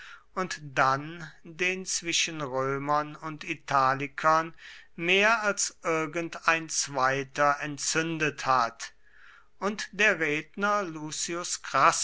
und dann den zwischen römern und italikern mehr als irgendein zweiter entzündet hat und der redner lucius crassus